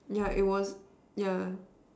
yeah it was yeah